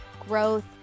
growth